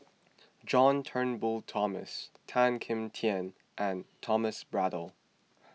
John Turnbull Thomson Tan Kim Tian and Thomas Braddell